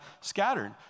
scattered